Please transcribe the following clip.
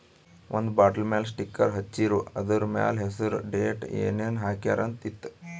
ಒಂದ್ ಬಾಟಲ್ ಮ್ಯಾಲ ಸ್ಟಿಕ್ಕರ್ ಹಚ್ಚಿರು, ಅದುರ್ ಮ್ಯಾಲ ಹೆಸರ್, ಡೇಟ್, ಏನೇನ್ ಹಾಕ್ಯಾರ ಅಂತ್ ಇತ್ತು